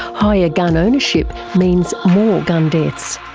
higher gun ownership means more gun deaths,